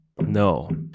No